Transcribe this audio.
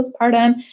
postpartum